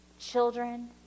children